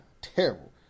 Terrible